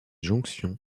jonction